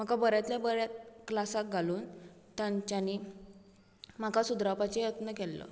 म्हाका बऱ्यांतल्या बऱ्या क्लासाक घालून तांच्यानी म्हाका सुदरावपाचे यत्न केल्ले